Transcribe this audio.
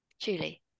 Julie